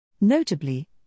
Notably